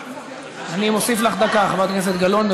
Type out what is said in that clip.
אני מוסיף לך דקה, חברת הכנסת גלאון.